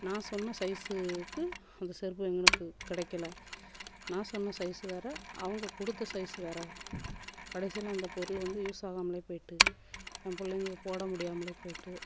நான் சொன்ன சைசுக்கு அந்த செருப்பு எனக்கு கிடைக்கல நான் சொன்ன சைசு வேறு அவங்க கொடுத்த சைசு வேறு கடைசியில அந்த பொருள் வந்து யூஸ் ஆகாமலே போய்ட்டு என் பிள்ளைங்க போட முடியாமலே போய்ட்டு